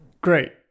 Great